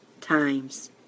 times